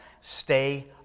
stay